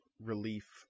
relief